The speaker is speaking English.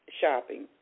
shopping